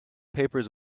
papers